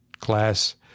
class